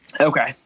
Okay